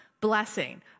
blessing